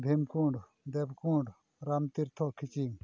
Bhimkund Debkund Ramtirtha Khiching